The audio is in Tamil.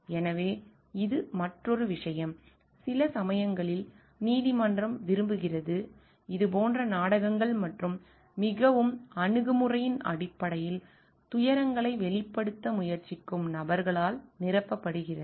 எனவே இது மற்றொரு விஷயம் சில சமயங்களில் நீதிமன்றம் விரும்புகிறது இது போன்ற நாடகங்கள் மற்றும் மிகவும் அணுகுமுறையின் அடிப்படையில் துயரங்களை வெளிப்படுத்த முயற்சிக்கும் நபர்களால் நிரப்பப்படுகிறது